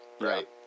Right